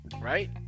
Right